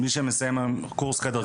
אתה מדבר על מדריך?